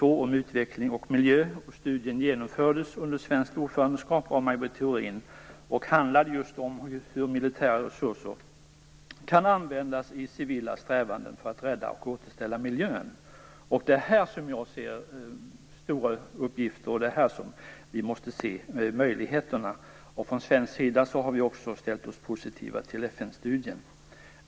Tankarna har sitt ursprung i en FN-studie inför Studien genomfördes under svenskt ordförandeskap av Maj Britt Theorin. Den handlade just om hur militära resurser kan användas i civila strävanden för att rädda och återställa miljön. Det är här som jag ser stora uppgifter, och det är här som vi måste se möjligheterna. Vi har från svensk sida ställt oss positiva till FN-studien.